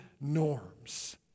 norms